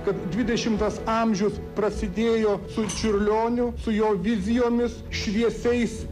kad dvidešimtas amžius prasidėjo su čiurlioniu su jo vizijomis šviesiais